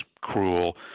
cruel